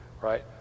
right